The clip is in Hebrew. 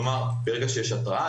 כלומר ברגע שיש התרעה,